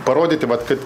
parodyti vat kad